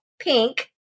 Pink